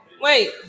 Wait